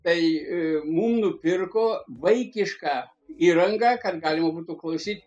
tai ė mum nupirko vaikišką įrangą kad galima būtų klausyt